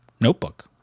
notebook